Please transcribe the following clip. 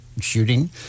shooting